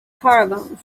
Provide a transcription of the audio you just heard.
caravan